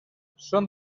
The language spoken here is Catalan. són